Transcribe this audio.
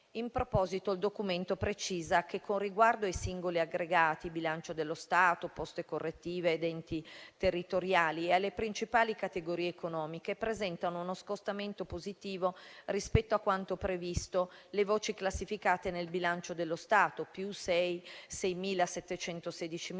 In proposito, il Documento precisa che, con riguardo ai singoli aggregati (bilancio dello Stato, poste correttive ed enti territoriali) e alle principali categorie economiche, presentano uno scostamento positivo rispetto a quanto previsto le voci classificate nel bilancio dello Stato (+6.716 milioni)